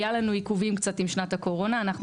היו לנו עיכובים עם שנת הקורונה ואנחנו